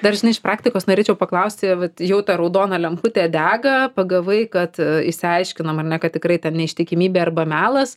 dar žinai iš praktikos norėčiau paklausti vat jau ta raudona lemputė dega pagavai kad išsiaiškinom ar ne kad tikrai ten neištikimybė arba melas